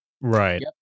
right